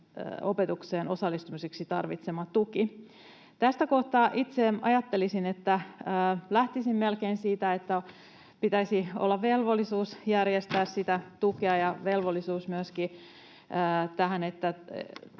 opetukseen osallistumiseksi tarvitsemansa tuki. Tässä kohtaa itse ajattelisin, että lähtisin melkein siitä, että pitäisi olla velvollisuus järjestää sitä tukea ja velvollisuus myöskin tähän, että